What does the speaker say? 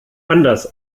anders